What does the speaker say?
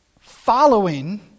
following